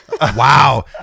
Wow